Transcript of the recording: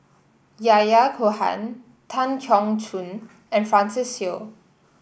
Yahya Cohen Tan Keong Choon and Francis Seow